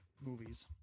movies